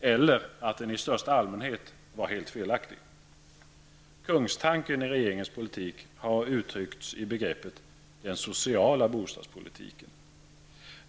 eller att den i största allmänhet var helt felaktig. Kungstanken i regeringens politik har uttryckts i begreppet ''Den sociala bostadspolitiken''.